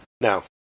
Now